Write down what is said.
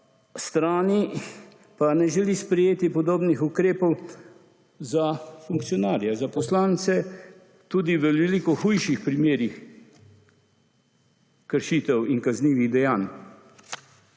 strani pa ne želi sprejeti podobnih ukrepov za funkcionarje, za poslance tudi v veliko hujših primerih kršitev in kaznivih dejanj.